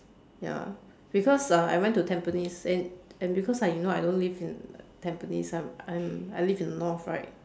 ya because uh I went to tampines and and because ah you know I don't live in tampines I I I live in the north right